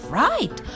right